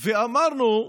אמרנו: